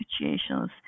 situations